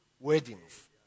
weddings